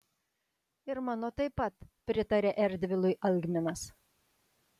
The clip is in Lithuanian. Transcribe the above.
ir mano taip pat pritarė erdvilui algminas